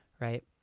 right